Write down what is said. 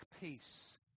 peace